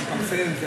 זה התפרסם.